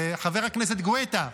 חבר הכנסת גואטה,